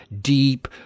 deep